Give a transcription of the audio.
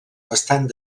bastant